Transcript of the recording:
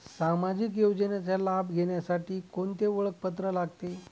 सामाजिक योजनेचा लाभ घेण्यासाठी कोणते ओळखपत्र लागते?